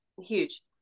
huge